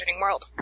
World